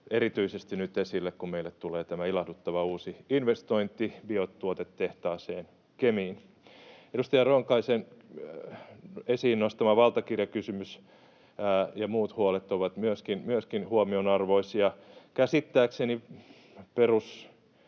erityisesti nyt esille, kun meille tulee tämä ilahduttava uusi investointi biotuotetehtaaseen Kemiin. Edustaja Ronkaisen esiin nostama valtakirjakysymys ja muut huolet ovat myöskin huomionarvoisia. Käsittääkseni